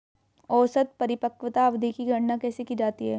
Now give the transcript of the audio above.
औसत परिपक्वता अवधि की गणना कैसे की जाती है?